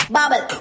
Bubble